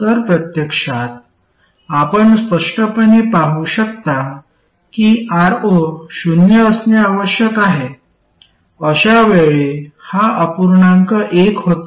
तर प्रत्यक्षात आपण स्पष्टपणे पाहू शकता की Ro शून्य असणे आवश्यक आहे अशावेळी हा अपूर्णांक एक होतो